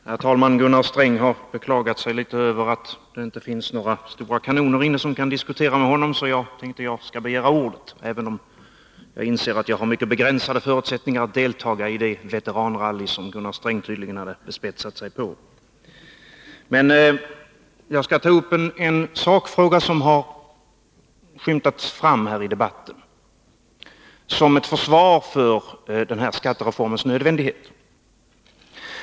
Herr talman! Gunnar Sträng har beklagat sig litet över att det inte finns några stora kanoner inne i kammaren som kan diskutera med honom, så jag begärde ordet, även om jag inser att jag har mycket begränsade förutsättningar att delta i det veteranrally som Gunnar Sträng tydligen hade bespetsat sig på. Jag skall ta upp en sakfråga, som har skymtat fram i debatten och som har anförts som ett försvar för den här skattereformens nödvändighet.